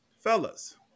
fellas